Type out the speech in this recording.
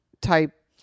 type